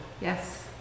Yes